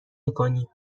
میکنیم